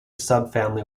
subfamily